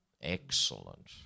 Excellent